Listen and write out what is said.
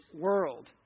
world